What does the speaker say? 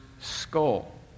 Skull